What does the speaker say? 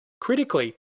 Critically